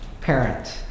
parent